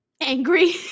angry